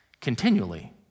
continually